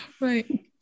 Right